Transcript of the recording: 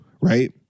right